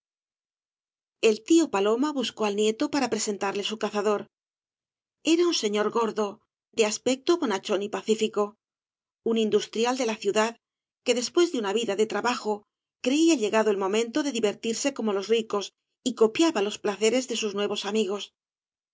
el tío paloma buscó al nieto para presentarle bu cazador era un señor gordo de aspecto bonachón y pacífico un industrial de la ciudad que despuéa de una vida de trabajo creía llegado el momento de divertirse como los ricos y copiaba loa placeres de sus nuevos amigos